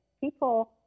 People